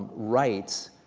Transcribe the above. rights,